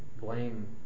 blame